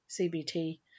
CBT